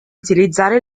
utilizzare